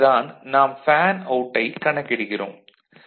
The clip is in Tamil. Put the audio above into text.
இவ்வாறு தான் நாம் ஃபேன் அவுட்டைக் கணக்கிடுகிறோம்